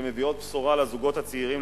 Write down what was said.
שמביאות בשורה לזוגות הצעירים,